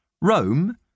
Rome